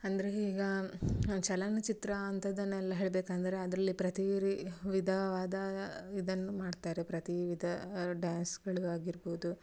ಅಂದರೆ ಈಗಾ ಚಲನಚಿತ್ರ ಅಂಥದನ್ನೆಲ್ಲ ಹೇಳ್ಬೇಕಂದರೆ ಅದರಲ್ಲಿ ಪ್ರತೀ ವಿಧವಾದ ಇದನ್ನು ಮಾಡ್ತಾರೆ ಪ್ರತೀ ವಿಧ ಡ್ಯಾನ್ಸ್ಗಳು ಆಗಿರ್ಬೋದು